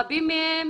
רבים מהם